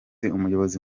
umuyobozi